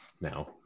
now